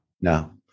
No